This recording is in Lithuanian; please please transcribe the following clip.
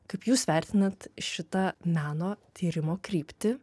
kaip jūs vertinat šitą meno tyrimo kryptį